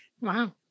Wow